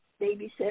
babysit